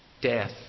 Death